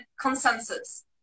consensus